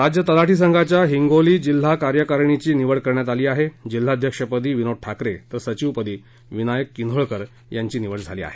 राज्य तलाठी संघाच्या हिंगोली जिल्हा कार्यकारणीची निवड करण्यात आली आहे जिल्हाअध्यक्षपदी विनोद ठाकरे तर सचिवपदी विनायक किन्होळकर यांची निवड करण्यात झाली आहे